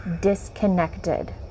disconnected